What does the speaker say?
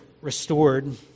restored